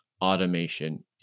automation